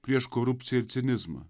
prieš korupciją ir cinizmą